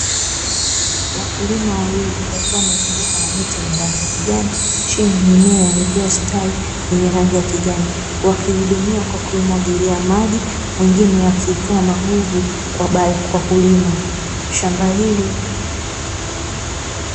Wakulima wawili wakiwa wamezungukwa na mechi yenye rangi ya kijani, chini mimea iliyo hospitali yenye rangi ya kijani wakihudumia kwa kumwagilia maji, wengine wakiitoa magugu kwa kulima shamba hili.